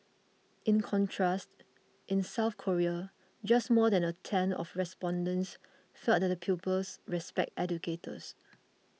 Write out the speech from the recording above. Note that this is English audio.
in contrast in South Korea just more than a tenth of respondents felt that pupils respect educators